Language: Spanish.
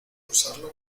usarlo